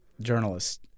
journalists